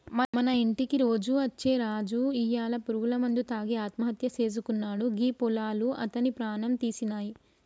మన ఇంటికి రోజు అచ్చే రాజు ఇయ్యాల పురుగుల మందు తాగి ఆత్మహత్య సేసుకున్నాడు గీ పొలాలు అతని ప్రాణం తీసినాయి